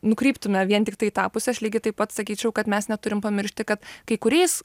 nukryptume vien tiktai į tą pusę aš lygiai taip pat sakyčiau kad mes neturim pamiršti kad kai kuriais